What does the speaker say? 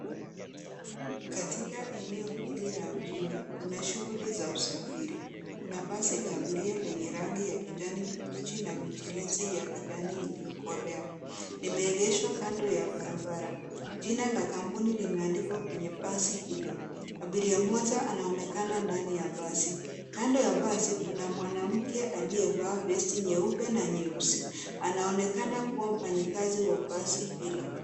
Katika eneo hili la mjini, kuna shughuli za usafiri, kuna basi la abiria lenye rangi ya kijani kibichi na michirizi ya kijani iliyokolea, limeegeshwa kando ya barabara. Jina la kampuni limeandikwa kwenye basi hilo. Abiria mmoja anaonekana ndani ya basi, kando ya basi kuna mwanamke aliyevaa vesti nyeupe na nyeusi. Anaonekana kuwa mfanyikazi wa basi hilo.